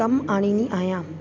कमु आणींदी आहियां